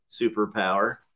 superpower